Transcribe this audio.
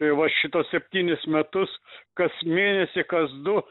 va šituos septynis metus kas mėnesį kas du